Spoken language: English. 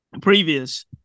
previous